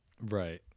Right